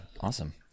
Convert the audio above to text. Awesome